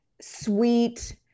sweet